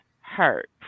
hurt